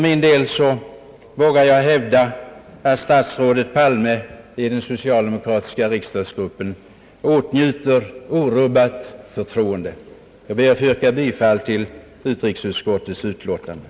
Jag vågar hävda att statsrådet Palme åtnjuter orubbat förtroende i den socialdemokratiska riksdagsgruppen. Jag ber att få yrka bifall till utrikesutskottets hemställan.